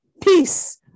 peace